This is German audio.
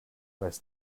weiß